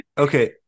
Okay